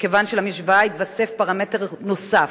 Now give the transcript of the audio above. מכיוון שלמשוואה התווסף פרמטר נוסף,